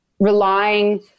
relying